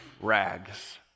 rags